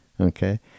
Okay